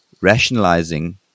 rationalizing